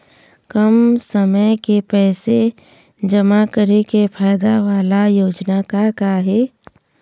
कम समय के पैसे जमा करे के फायदा वाला योजना का का हे?